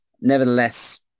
nevertheless